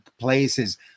places